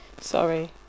sorry